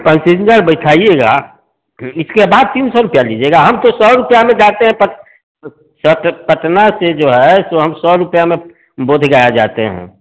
passenger बिठाइएगा फिर इसके बाद तीन सौ रुपये लीजिएगा हम तो सौ रुपये में जाते हैं पटना से जो है सो हम सौ रुपये में बोधगया जाते हैं